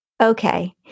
Okay